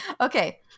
Okay